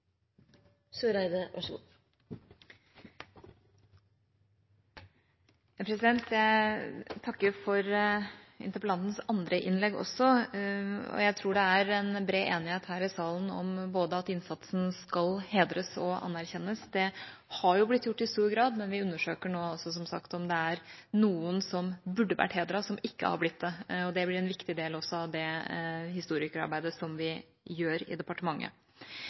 bred enighet her i salen om at innsatsen skal både hedres og anerkjennes. Det har blitt gjort i stor grad, men vi undersøker nå, som sagt, om det er noen som burde vært hedret, som ikke har blitt det, og det blir også en viktig del av det historikerarbeidet som vi gjør i departementet.